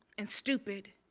and stupid.